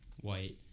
white